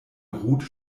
ruth